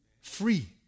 free